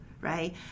right